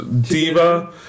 diva